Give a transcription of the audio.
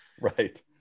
Right